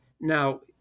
Now